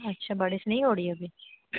अच्छा बारिश नहीं हो रही अभी